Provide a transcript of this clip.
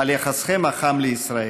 על יחסכם החם לישראל.